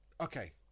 okay